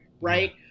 right